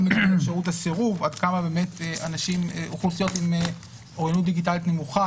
גם אפשרות הסירוב עד כמה אוכלוסיות עם אוריינות דיגיטלית נמוכה,